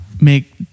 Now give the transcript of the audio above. make